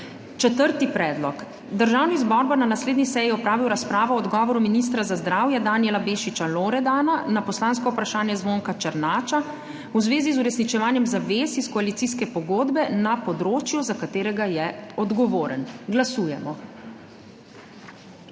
Četrti predlog: Državni zbor bo na naslednji seji opravil razpravo o odgovoru ministra za zdravje Danijela Bešiča Loredana na poslansko vprašanje Zvonka Černača v zvezi z uresničevanjem zavez iz koalicijske pogodbe na področju, za katero je odgovoren. Glasujemo.